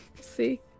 See